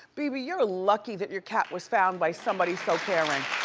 bieber, you're lucky that your cat was found by somebody so caring.